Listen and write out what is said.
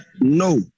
no